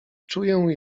czuję